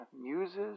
muses